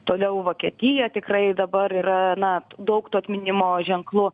todėl vokietija tikrai dabar yra na daug tų atminimo ženklų